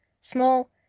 Small